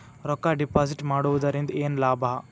ರೊಕ್ಕ ಡಿಪಾಸಿಟ್ ಮಾಡುವುದರಿಂದ ಏನ್ ಲಾಭ?